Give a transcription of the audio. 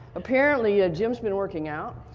apparently ah jim has been working out,